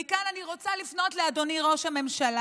מכאן אני רוצה לפנות לאדוני ראש הממשלה: